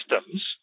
systems